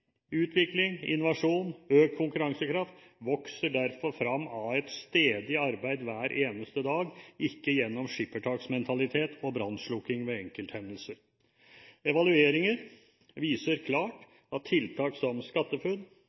utvikling, innovasjon og økt konkurransekraft vokser derfor frem av et stedig arbeid hver eneste dag, ikke gjennom skippertaksmentalitet og brannslukking ved enkelthendelser. Evalueringer viser klart at tiltak som SkatteFUNN